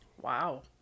Wow